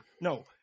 No